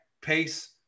pace